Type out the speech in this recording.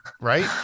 Right